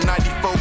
94